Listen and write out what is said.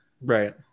Right